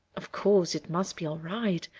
of course, it must be all right.